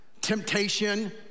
temptation